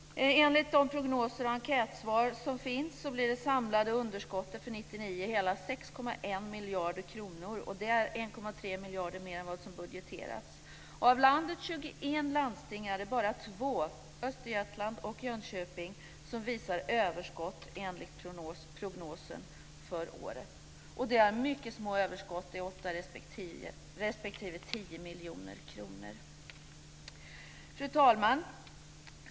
Enligt de prognoser och enkätsvar som finns blir det samlade underskottet för 1999 hela 6,1 miljarder kronor. Det är 1,3 miljarder mer än vad som budgeterats. Av landets 21 landsting är det bara 2, Östergötlands och Jönköpings, som visar överskott enligt prognosen för året. Och det är mycket små överskott. Det är 8 respektive 10 miljoner kronor. Fru talman!